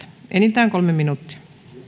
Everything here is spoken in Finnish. enintään kolme minuuttia